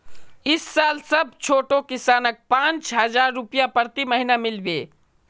इस साल सब छोटो किसानक पांच हजार रुपए प्रति महीना मिल बे